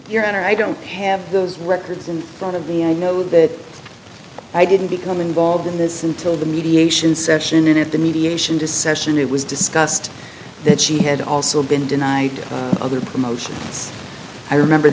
your honor i don't have those records in front of me i know that i didn't become involved in this until the mediation session and at the mediation to session it was discussed that she had also been denied other promotions i remember